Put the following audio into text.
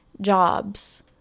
jobs